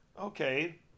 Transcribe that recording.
Okay